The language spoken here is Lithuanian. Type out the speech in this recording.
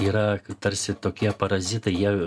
yra tarsi tokie parazitai jie